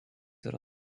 yra